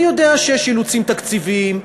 אני יודע שיש אילוצים תקציביים.